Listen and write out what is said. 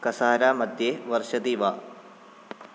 कसारा मध्ये वर्षति वा